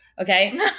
Okay